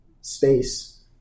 space